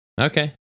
Okay